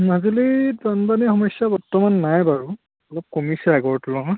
মাজুলীত বানবানীৰ সমস্যা বৰ্তমান নাই বাৰু অলপ কমিছে আগৰ তুলনাত